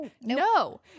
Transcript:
no